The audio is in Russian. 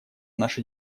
наши